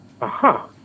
Aha